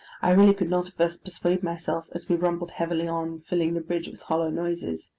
i really could not at first persuade myself as we rumbled heavily on, filling the bridge with hollow noises,